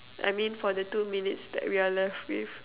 I mean for the two minutes that we are left with